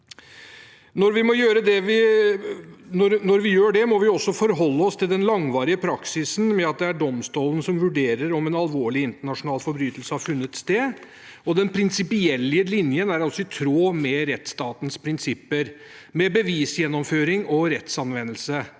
Når vi gjør det, må vi forholde oss til den langvarige praksisen med at det er domstolen som vurderer om en alvorlig internasjonal forbrytelse har funnet sted, og om den prinsipielle linjen er i tråd med rettsstatens prinsipper, med bevisgjennomføring og rettsanvendelse.